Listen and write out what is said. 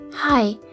Hi